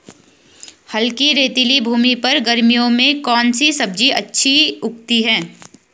हल्की रेतीली भूमि पर गर्मियों में कौन सी सब्जी अच्छी उगती है?